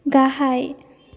गाहाय